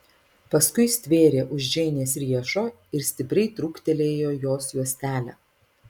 paskui stvėrė už džeinės riešo ir stipriai trūktelėjo jos juostelę